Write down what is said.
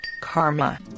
Karma